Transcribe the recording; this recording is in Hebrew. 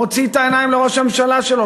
מוציא את העיניים לראש הממשלה שלו,